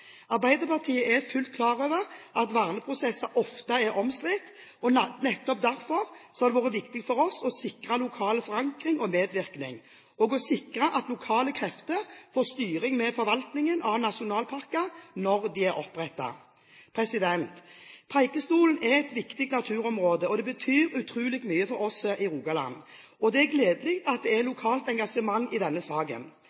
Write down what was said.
Arbeiderpartiet er fullt klar over at verneprosesser ofte er omstridt. Nettopp derfor har det vært viktig for oss å sikre lokal forankring og medvirkning og sikre at lokale krefter får styring med forvaltningen av nasjonalparker når de er opprettet. Preikestolen er et viktig naturområde, og det betyr utrolig mye for oss i Rogaland. Det er gledelig at det er